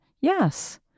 Yes